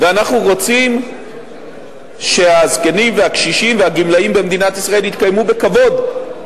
ואנחנו רוצים שהזקנים והקשישים והגמלאים במדינת ישראל יתקיימו בכבוד.